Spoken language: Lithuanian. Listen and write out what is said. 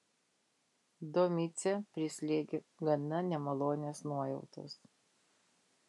domicę prislėgė gana nemalonios nuojautos